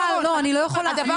דבר אחרון.